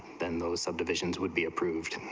then those subdivisions would be approved